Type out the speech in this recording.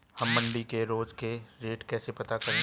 हम मंडी के रोज के रेट कैसे पता करें?